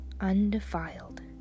undefiled